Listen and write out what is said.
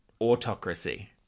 autocracy